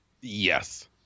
Yes